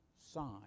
sign